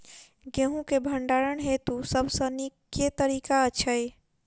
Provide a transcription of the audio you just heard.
गेंहूँ केँ भण्डारण हेतु सबसँ नीक केँ तरीका छै?